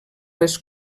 les